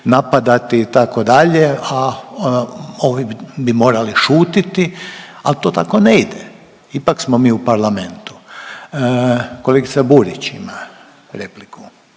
napadati itd. A ovi bi morali šutiti, ali to tako ne ide. Ipak smo mi u Parlamentu. Kolegica Burić ima repliku.